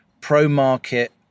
pro-market